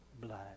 blood